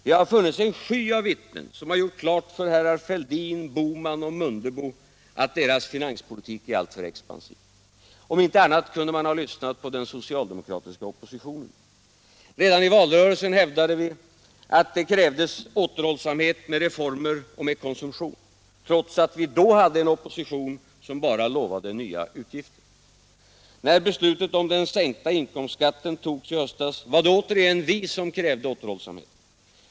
Det har funnits en sky av vittnen som gjort klart för herrar Fälldin, Bohman och Mundebo att deras finanspolitik är alltför expansiv. Om inte annat kunde man ha lyssnat på den socialdemokratiska oppositionen. Vi hävdade redan i valrörelsen att det krävdes återhållsamhet med reformer och konsumtion — trots att vi då hade en opposition som bara lovade nya utgifter. När beslutet om den sänkta inkomstskatten togs i höstas, var det återigen vi som krävde återhållsamhet.